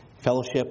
Fellowship